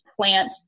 plant